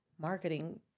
marketing